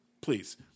please